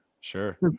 sure